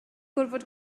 gorfod